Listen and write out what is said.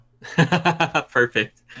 Perfect